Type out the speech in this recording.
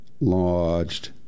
lodged